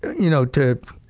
you know, to,